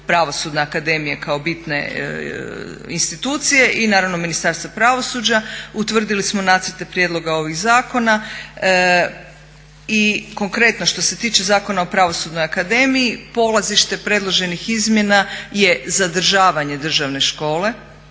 pravosudne akademije kao bitne institucije i naravno Ministarstva pravosuđa. Utvrdili smo nacrte prijedloga ovih zakona i konkretno što se tiče Zakona o Pravosudnoj akademiji polazište predloženih izmjena je zadržavanje Državne škole